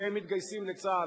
כשהם מתגייסים לצה"ל,